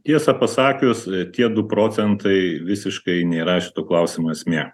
tiesą pasakius tie du procentai visiškai nėra šito klausimo esmė